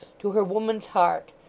to her woman's heart,